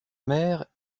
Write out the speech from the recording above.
mère